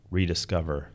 rediscover